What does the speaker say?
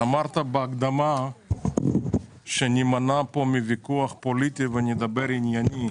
אמרת בהקדמה שנימנע פה מוויכוח פוליטי ונדבר עניינית